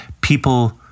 people